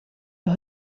los